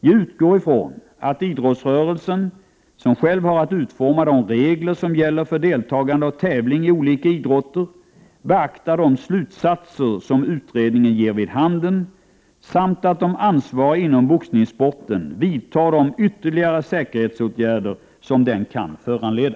Jag utgår ifrån att idrottsrörelsen, som själv har att utforma de regler som gäller för deltagande och tävling i olika idrotter, beaktar de slutsatser som utredningen ger vid handen samt att de ansvariga inom boxningssporten vidtar de ytterligare säkerhetsåtgärder som den kan föranleda.